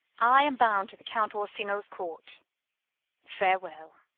i am bound to the count orsino's court farewell.